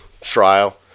trial